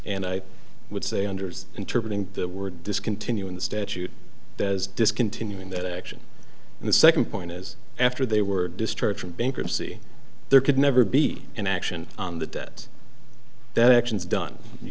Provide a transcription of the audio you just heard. and i would say unders interpret the word discontinuing the statute as discontinuing that action and the second point is after they were discharged from bankruptcy there could never be an action on the debt that actions done you